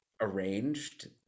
arranged